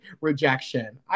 rejection